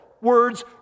Words